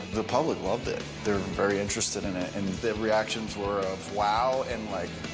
the public loved it. they were very interested in it. and the reactions were of, wow, and like,